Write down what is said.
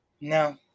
no